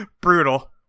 Brutal